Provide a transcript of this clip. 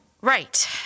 Right